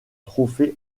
trophée